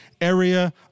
area